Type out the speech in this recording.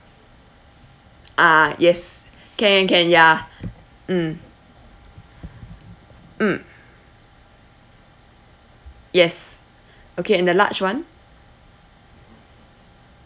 ah yes can can yeah mm mm yes okay and the large one